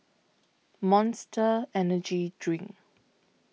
Monster Energy Drink